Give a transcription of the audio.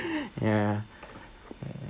ya